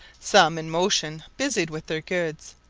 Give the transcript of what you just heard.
some in motion busied with their goods,